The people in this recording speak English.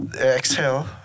Exhale